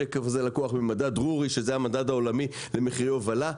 השקף הזה לקוח מהמדד העולמי למחירי הובלה.